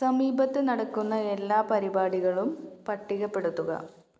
സമീപത്ത് നടക്കുന്ന എല്ലാ പരിപാടികളും പട്ടികപ്പെടുത്തുക